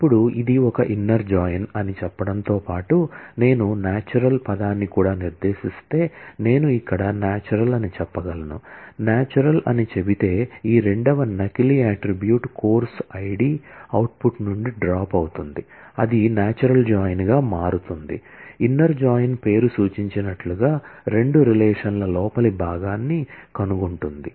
ఇప్పుడు ఇది ఒక ఇన్నర్ జాయిన్ పేరు సూచించినట్లుగా రెండు రిలేషన్ ల లోపలి భాగాన్ని కనుగొంటుంది